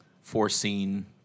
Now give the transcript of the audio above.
foreseen